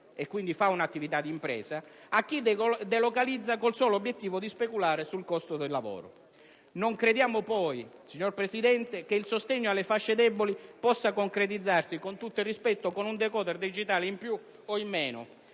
e quindi fa un'attività d'impresa, e chi delocalizza con il solo obiettivo di speculare sul costo del lavoro. Non crediamo poi, signor Presidente, che il sostegno alle fasce deboli possa concretizzarsi - con tutto il rispetto - con un *decoder* digitale in più o in meno.